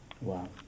Wow